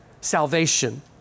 salvation